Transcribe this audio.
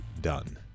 done